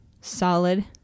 solid